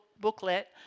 booklet